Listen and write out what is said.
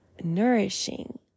nourishing